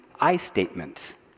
I-statements